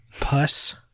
puss